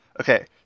Okay